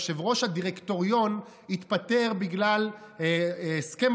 יושב-ראש הדירקטוריון התפטר בגלל הסכם